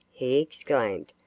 he exclaimed.